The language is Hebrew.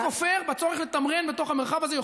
אני כופר בצורך לתמרן בתוך המרחב הזה.